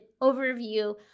overview